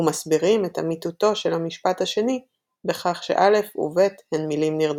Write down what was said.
ומסבירים את אמיתותו של המשפט השני בכך שא' וב' הן מילים נרדפות.